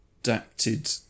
adapted